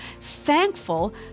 thankful